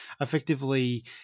effectively